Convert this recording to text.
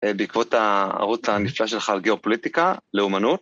בעקבות הערוץ הנפלא שלך על גיאופוליטיקה לאומנות.